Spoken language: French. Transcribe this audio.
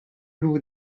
loup